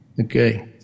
Okay